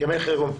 ימי חירום.